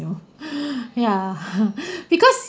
you know ya because